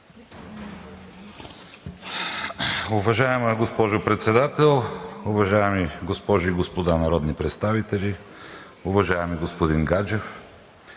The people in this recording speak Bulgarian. Уважаема госпожо Председател, уважаеми госпожи и господа народни представители! Уважаеми господин Гаджев,